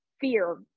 fear